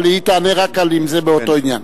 אבל היא תענה רק אם זה באותו עניין.